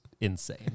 insane